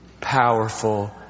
powerful